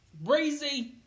Breezy